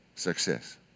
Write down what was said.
success